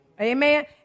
Amen